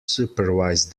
supervise